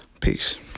Peace